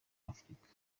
w’afurika